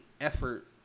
effort